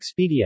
Expedia